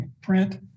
print